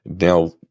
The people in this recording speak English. Now